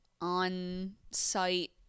on-site